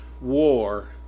war